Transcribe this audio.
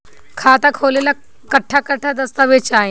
खाता खोले ला कट्ठा कट्ठा दस्तावेज चाहीं?